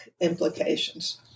implications